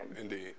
Indeed